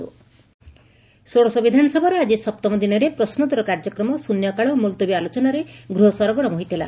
ବିଧାନସଭା ଆକି ଷୋଡ଼ଶ ବିଧାନସଭାର ସପ୍ତମ ଦିନରେ ପ୍ରଶ୍ନୋତ୍ତର କାର୍ଯ୍ୟକ୍ରମ ଶ୍ରନ୍ୟକାଳ ଓ ମୁଲତବୀ ଆଲୋଚନାରେ ଗୃହ ସରଗରମ ହୋଇଥିଲା